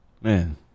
man